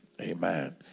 Amen